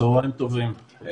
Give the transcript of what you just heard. צהריים טובים,